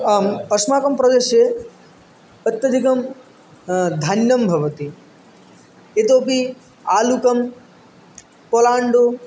आम् अस्माकं प्रदेशे अत्यधिकं धान्यं भवति इतोऽपि आलुकं पलाण्डु